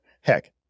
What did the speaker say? Heck